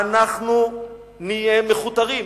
אנחנו נהיה מכותרים.